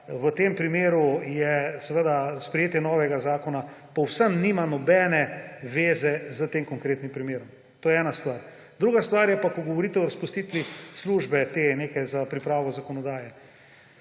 v tem primeru seveda sprejetje novega zakona povsem nima nobene veze s tem konkretnim primerom. To je ena stvar. Druga stvar je pa, ko govorite o razpustitvi te neke službe za pripravo zakonodaje.